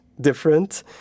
different